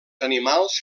animals